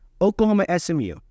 Oklahoma-SMU